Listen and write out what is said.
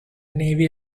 navy